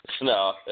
No